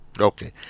Okay